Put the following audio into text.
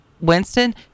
winston